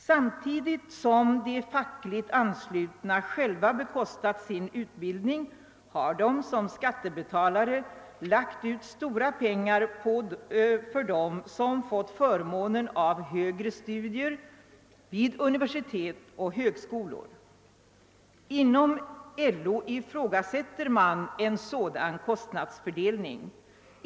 Samtidigt som de fackligt anslutna bekostat sin egen utbildning har de som skattebetalare lagt ut stora pengar för dem som fått förmånen av högre studier vid universitet och högskolor. Inom LO ifrågasätts riktigheten av en sådan kostnadsfördelning.